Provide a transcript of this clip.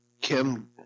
Kim